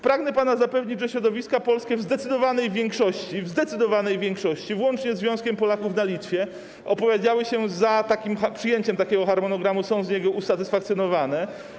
Pragnę pana zapewnić, że środowiska polskie w zdecydowanej większości, w zdecydowanej większości, włącznie ze Związkiem Polaków na Litwie, opowiedziały się za przyjęciem takiego harmonogramu, są usatysfakcjonowane.